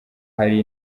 hari